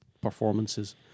performances